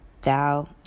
Thou